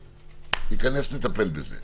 ניכנס ונטפל בזה.